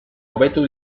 hobetu